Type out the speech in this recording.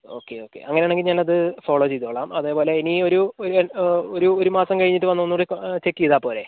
okay okay അങ്ങനെയാണെങ്കിൽ ഞാനത് follow ചെയ്തോളാം അതേപോലെ ഇനി ഒരു ഒരു മാസം കഴിഞ്ഞിട്ടുവന്ന് ഒന്നുകൂടി ചെക്ക് ചെയ്താൽ പോരേ